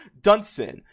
Dunson